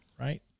right